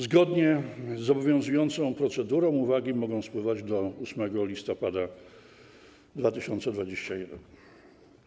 Zgodnie z obowiązującą procedurą uwagi mogą spływać do 8 listopada 2021 r.